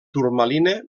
turmalina